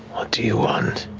do you want?